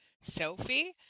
Sophie